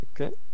Okay